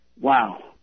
wow